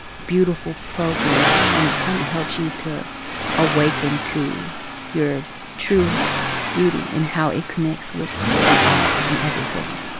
beautiful program, and it kind of helps you to awaken to your true beauty and how it connects with the all and everything.